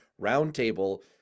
Roundtable